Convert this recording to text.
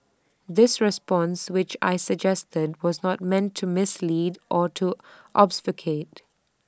this response which I suggested then was not meant to mislead or to obfuscate